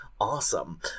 Awesome